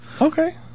Okay